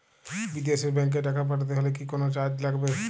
বিদেশের ব্যাংক এ টাকা পাঠাতে হলে কি কোনো চার্জ লাগবে?